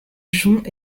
joncs